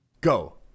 Go